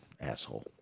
asshole